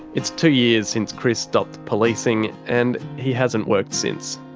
it's two years since chris stopped policing, and he hasn't worked since.